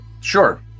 sure